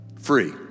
Free